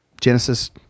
Genesis